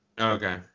Okay